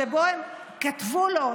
שבו הם כתבו לו,